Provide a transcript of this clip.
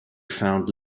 found